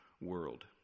world